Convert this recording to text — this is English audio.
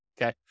okay